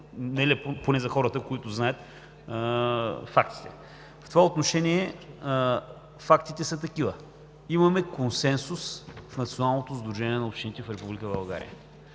поне за хората, които знаят фактите. В това отношение фактите са такива: имаме консенсус в Националното сдружение на общините в Република